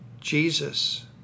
Jesus